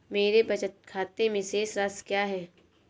मेरे बचत खाते में शेष राशि क्या है?